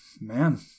Man